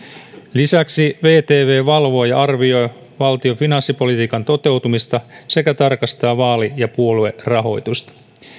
lisäksi vtv valvoo ja arvioi valtion finanssipolitiikan toteutumista sekä tarkastaa vaali ja puoluerahoitusta